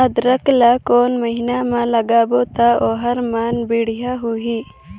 अदरक ला कोन महीना मा लगाबो ता ओहार मान बेडिया होही?